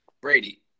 Brady